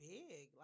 big